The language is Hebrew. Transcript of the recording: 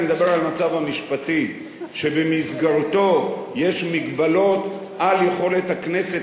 אני מדבר על המצב המשפטי שבמסגרתו יש מגבלות על יכולת הכנסת